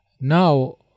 now